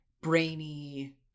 brainy